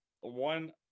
one